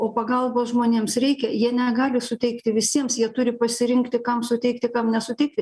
o pagalbos žmonėms reikia jie negali suteikti visiems jie turi pasirinkti kam suteikti kam nesuteikti